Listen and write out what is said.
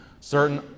certain